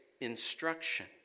instruction